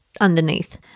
underneath